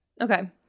Okay